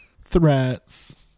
threats